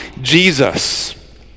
Jesus